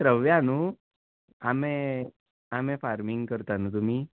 द्रव्या नू आंबे आंबे फार्मिंग करता न्ही तुमी